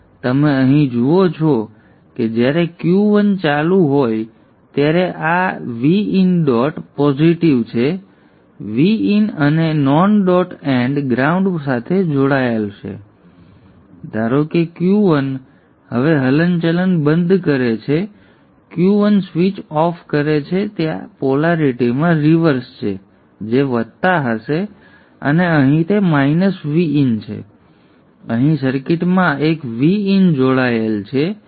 તેથી તમે અહીં જુઓ છો કે જ્યારે Q1 ચાલુ હોય ત્યારે આ છે Vin ડોટ પોઝિટિવ છે Vin અને નોન ડોટ એન્ડ ગ્રાઉન્ડ સાથે જોડાયેલ છે હવે ધારો કે Q1 હવે હલનચલન બંધ કરે છે Q1 સ્વીચ ઓફ કરે છે ત્યાં પોલેરિટીમાં રિવર્સ છે જે વત્તા હશે અને અહીં તે માઇનસ Vin છે અને અહીં સર્કિટમાં એક Vin જોડાયેલ છે